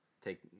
take